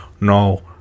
no